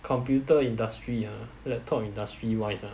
computer industry ah laptop industry wise ah